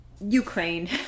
Ukraine